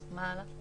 מה הלאה?